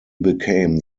became